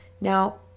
Now